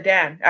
Dan